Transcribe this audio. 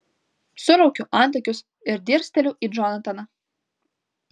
suraukiu antakius ir dirsteliu į džonataną